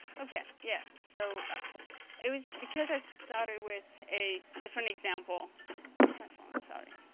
okay yeah so it was. because i started with a different example i'm sorry